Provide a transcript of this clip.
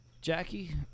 Jackie